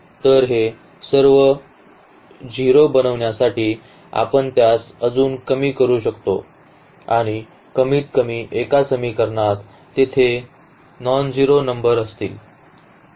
तर हे सर्व 0 बनवण्यासाठी आपण त्यास अजून कमी करू शकतो आणि कमीतकमी एका समीकरणात ते येथे नॉनझेरो नंबर असतील